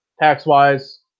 tax-wise